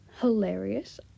hilarious